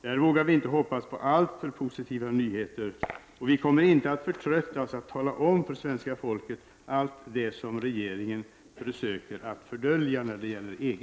Där vågar vi inte hoppas på alltför positiva nyheter, och vi kommer inte att förtröttas att tala om för svenska folket allt det som regeringen försöker fördölja när det gäller EG.